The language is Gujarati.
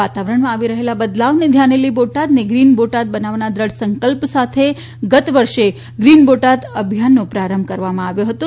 વાતાવરણમાં આવી રહેલા બદલાવ ને ધ્યાને લઈ બોટાદ ને ગ્રીન બોટાદ બનવવાના દ્રઢ સંકલ્પ સાથે ગત વર્ષે ગ્રીન બોટાદ અભિયાન હાથ ધરવામાં આવ્યું હતું